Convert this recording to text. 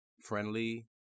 friendly